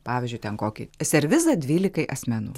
pavyzdžiui ten kokį servizą dvylikai asmenų